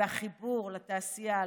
והחיבור לתעשייה,